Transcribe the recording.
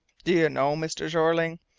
do you know, mr. jeorling,